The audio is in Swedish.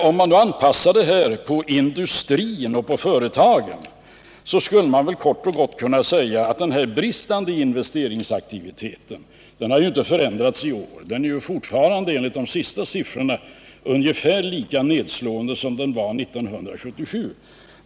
Om man anpassar detta till industrin och företagen, skulle man kort och gott kunna säga att den bristande 29 investeringsaktiviteten inte har förändrats i år. Den är fortfarande, enligt de senaste siffrorna, ungefär lika nedslående som den var 1977.